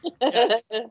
yes